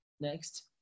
Next